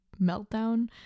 meltdown